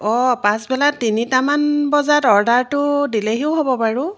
অঁ পাচবেলা তিনিটামান বজাত অৰ্ডাৰটো দিলেহিও হ'ব বাৰু